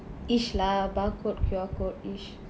ish lah barcode Q_R code ish